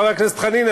חבר הכנסת חנין,